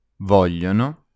Vogliono